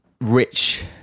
rich